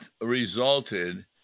resulted